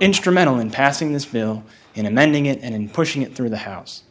instrumental in passing this bill in amending it and pushing it through the house